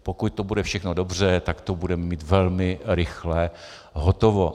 Pokud to bude všechno dobře, tak to budeme mít velmi rychle hotovo.